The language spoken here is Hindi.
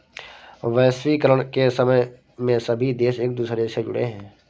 वैश्वीकरण के समय में सभी देश एक दूसरे से जुड़े है